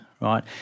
right